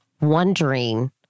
wondering